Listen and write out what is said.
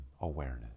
awareness